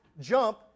Jump